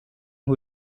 who